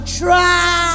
try